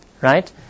right